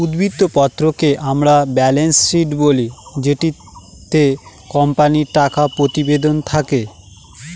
উদ্ধৃত্ত পত্রকে আমরা ব্যালেন্স শীট বলি যেটিতে কোম্পানির টাকা প্রতিবেদন থাকে